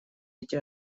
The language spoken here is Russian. эти